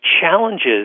challenges